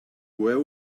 coeu